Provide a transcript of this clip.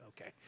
Okay